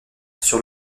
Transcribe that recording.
sur